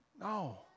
No